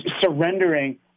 surrendering